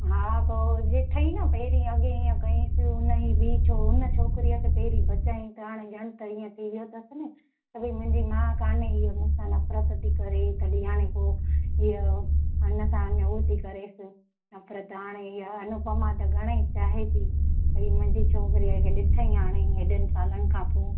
हा पोइ ॾिठईं न पहिरीं अॻे ईअं कईंसि उन जी ॿी छो उन छोकिरीअ खे पहिरीं बचाईं त हाणे ॼण त ईअं थी वियो अथसि न त भाई मुंहिंजी माउ कोन्हे हीअ मूंसां नफ़िरत थी करे तॾहिं हाणे पोइ हीअ इनसां अञा उअ थी करेसि नफ़िरत हाणे हीअ अनुपमा त घणेई चाहे थी भाई मुंहिंजी छोकिरीअ खे ॾिठईं हाणे एॾनि सालनि खां पोइ